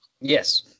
Yes